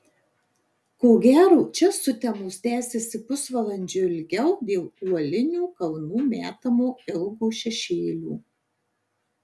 ko gero čia sutemos tęsiasi pusvalandžiu ilgiau dėl uolinių kalnų metamo ilgo šešėlio